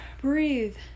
breathe